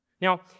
Now